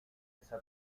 esa